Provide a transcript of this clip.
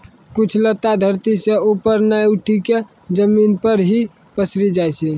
कुछ लता धरती सं ऊपर नाय उठी क जमीन पर हीं पसरी जाय छै